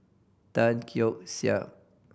Tan Keong Saik